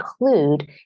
include